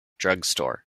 drugstore